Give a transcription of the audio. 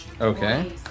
Okay